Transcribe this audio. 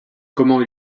comment